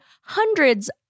hundreds